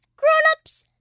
grown-ups,